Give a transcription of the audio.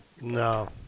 No